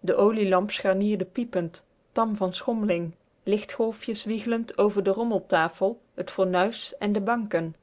de olie scharnierde piepend tam van schommling lichtgolfjes wieglend lamp over de rommeltafel t fornuis en de banken